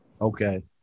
Okay